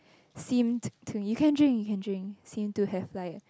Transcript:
seem you can drink you can drink seem to have like